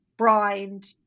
brined